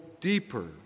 deeper